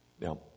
Now